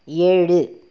ஏழு